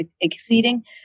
exceeding